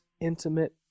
intimate